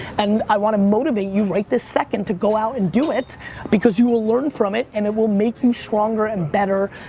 and i want to motivate you, right this second, to go out and do it because you will learn from it and it will make you stronger and better